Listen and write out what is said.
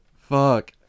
fuck